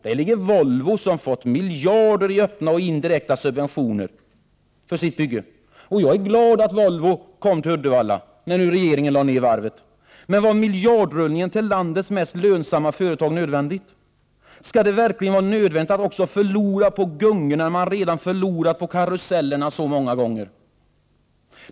Där ligger Volvo som har fått miljarder i öppna och indirekta subventioner för sitt bygge. Jag är glad över att Volvo kom till Uddevalla när nu regeringen lade ner varvet. Men var miljardrullningen till landets mest lönsamma företag nödvändig? Skall det verkligen vara nödvändigt att också förlora på gungorna när man redan förlorat på karusellerna så många gånger?